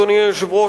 אדוני היושב-ראש,